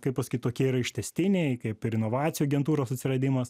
kaip pasakyt tokie yra ištęstiniai kaip ir inovacijų agentūros atsiradimas